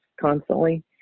constantly